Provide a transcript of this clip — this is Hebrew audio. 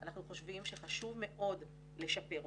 אנחנו חושבים שחשוב מאוד לשפר אותם,